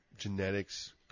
Genetics